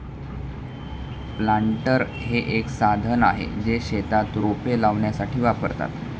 planter हे एक साधन आहे, जे शेतात रोपे लावण्यासाठी वापरतात